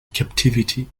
captivity